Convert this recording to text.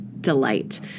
delight